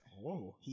Whoa